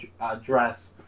address